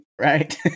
Right